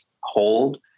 hold